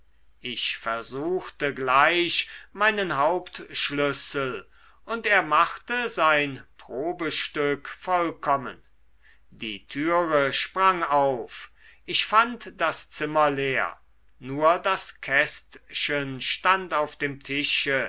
ich versuchte gleich meinen hauptschlüssel und er machte sein probestück vollkommen die türe sprang auf ich fand das zimmer leer nur das kästchen stand auf dem tische